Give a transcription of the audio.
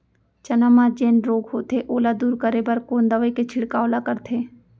चना म जेन रोग होथे ओला दूर करे बर कोन दवई के छिड़काव ल करथे?